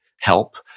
help